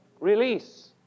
release